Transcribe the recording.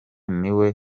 niwe